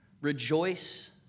Rejoice